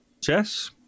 Jess